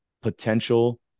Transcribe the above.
potential